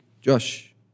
Josh